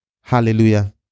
Hallelujah